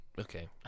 Okay